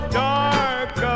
dark